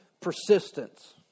persistence